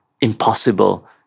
impossible